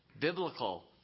biblical